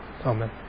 Amen